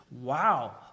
Wow